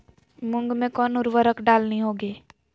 मूंग में कौन उर्वरक डालनी होगी?